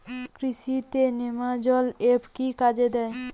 কৃষি তে নেমাজল এফ কি কাজে দেয়?